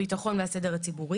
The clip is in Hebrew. הביטחון והסדר הציבורי.